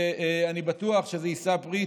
ואני בטוח שזה יישא פרי.